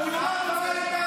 אתה לא רוצה שהם יתרבו?